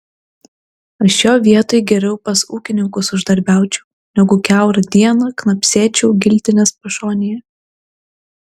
aš jo vietoj geriau pas ūkininkus uždarbiaučiau negu kiaurą dieną knapsėčiau giltinės pašonėje